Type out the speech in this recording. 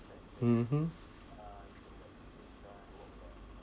mmhmm